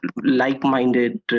like-minded